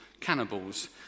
cannibals